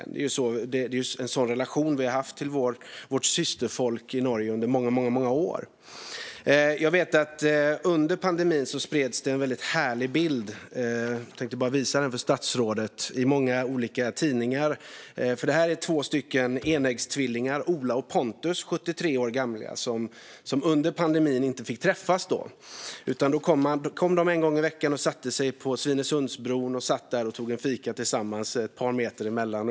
Det är en sådan relation vi haft till vårt systerfolk i Norge under många år. Under pandemin spreds en väldigt härlig bild i många olika tidningar. Jag tänkte visa den för statsrådet här. På bilden ser man två enäggstvillingar, Ola och Pontus, 73 år gamla, som under pandemin inte fick träffas. De kom en gång i veckan, satte sig på Svinesundsbron och satt där och tog en fika tillsammans med ett par meter mellan sig.